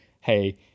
hey